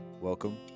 Welcome